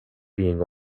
being